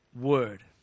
word